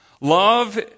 Love